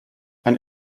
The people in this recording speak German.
ein